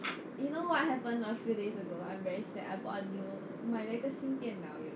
you know what happened a few days ago I'm very sad I bought a new 买了一个新电脑 leh